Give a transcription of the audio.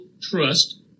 trust